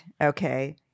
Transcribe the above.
okay